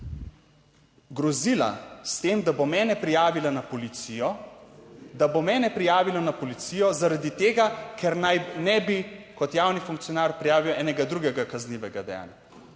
grozila s tem, da bo mene prijavila na policijo, da bo mene prijavila na policijo zaradi tega, ker naj ne bi kot javni funkcionar prijavil enega drugega kaznivega dejanja.